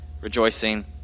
Rejoicing